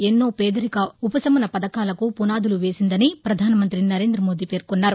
ఎన్నో పేదరిక ఉపశమన పథకాలకు పునాదులు వేసిందని ప్రధానమంతి నరేంద మోదీ పేర్కొన్నారు